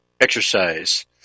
exercise